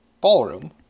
ballroom